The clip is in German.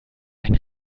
sein